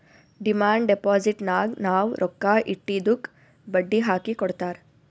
demand ಡಿಪೋಸಿಟ್ನಾಗ್ ನಾವ್ ರೊಕ್ಕಾ ಇಟ್ಟಿದ್ದುಕ್ ಬಡ್ಡಿ ಹಾಕಿ ಕೊಡ್ತಾರ್